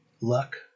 luck